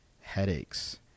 headaches